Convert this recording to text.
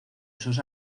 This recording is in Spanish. esos